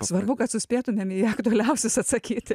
svarbu kad suspėtumėm į aktualiausius atsakyti